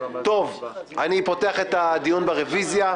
אני מתכבד לפתוח את הדיון ברביזיה.